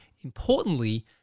importantly